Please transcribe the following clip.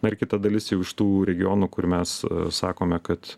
na ir kita dalis jau iš tų regionų kur mes sakome kad